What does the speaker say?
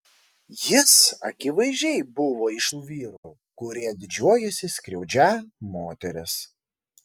jis akivaizdžiai buvo iš tų vyrų kurie didžiuojasi skriaudžią moteris